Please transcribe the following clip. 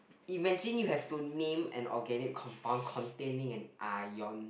imagine you have to name an organic compound containing an Ion